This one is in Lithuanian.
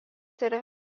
yra